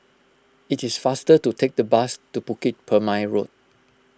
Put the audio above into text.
it is faster to take the bus to Bukit Purmei Road